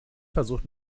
versucht